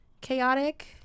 chaotic